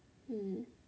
mm